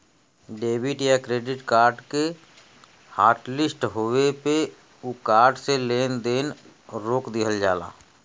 debit या credit card के hotlist होये पे उ कार्ड से लेन देन रोक दिहल जाला